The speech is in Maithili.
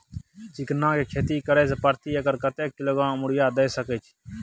चिकना के खेती करे से प्रति एकर कतेक किलोग्राम यूरिया द सके छी?